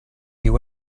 you